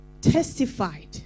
testified